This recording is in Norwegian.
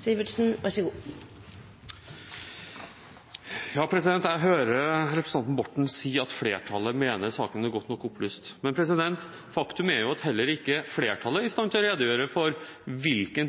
Jeg hører representanten Orten si at flertallet mener saken er godt nok opplyst, men faktum er at heller ikke flertallet er i stand til å redegjøre for hvilke